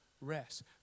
rest